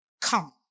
come